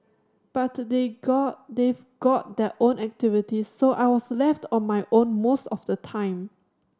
but they got they've got their own activities so I was left on my own most of the time